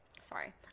sorry